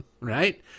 right